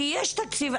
כי יש תקציב.